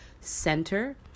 center